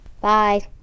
bye